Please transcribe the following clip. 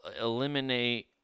eliminate